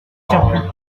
tiens